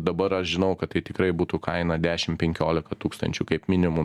dabar aš žinau kad tai tikrai butų kaina dešim penkiolika tūkstančių kaip minimum